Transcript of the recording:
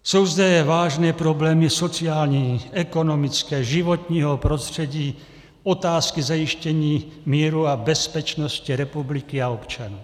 Jsou zde vážné problémy sociální, ekonomické, životního prostředí, otázky zajištění míru a bezpečnosti republiky a občanů.